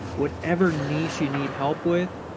whatever niche you need help with.